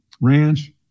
ranch